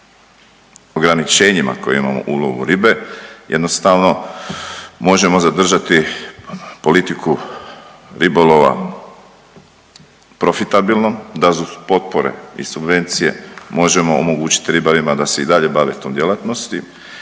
ograničenjima koja imamo u ulovu ribe jednostavno možemo zadržati politiku ribolova profitabilnom da uz potpore i subvencije možemo omogućiti ribarima da se i dalje bave tom djelatnosti